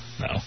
No